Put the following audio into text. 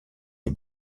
des